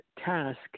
task